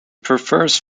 prefers